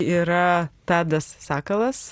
yra tadas sakalas